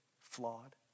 flawed